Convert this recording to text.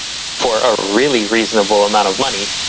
for a really reasonable amount of money.